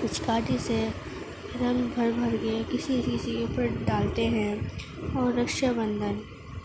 پچکاری سے رنگ بھربھر کے کسی کسی کے اوپر ڈالتے ہیں اور رکشا بندھن